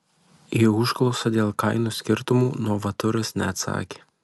į užklausą dėl kainų skirtumų novaturas neatsakė